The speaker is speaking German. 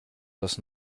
das